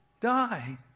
die